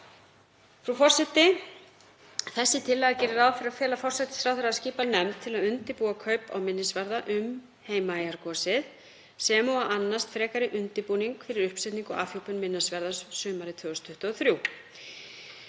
Þessi tillaga gerir ráð fyrir að fela forsætisráðherra að skipa nefnd til að undirbúa kaup á minnisvarða um Heimaeyjargosið sem og að annast frekari undirbúning fyrir uppsetningu og afhjúpun minnisvarða sumarið 2023.